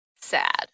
sad